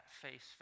face